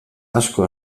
asko